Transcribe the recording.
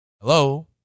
Hello